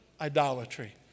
idolatry